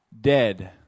dead